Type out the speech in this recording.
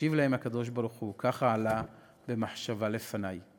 השיב להם הקדוש-ברוך-הוא: ככה עלה במחשבה לפני.